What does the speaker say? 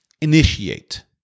Initiate